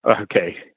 Okay